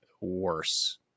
worse